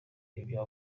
ibyo